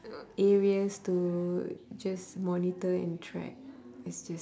areas to just monitor and track it's just